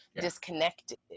disconnected